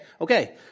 Okay